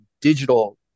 digital